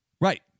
Right